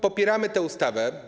Popieramy tę ustawę.